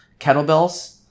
kettlebells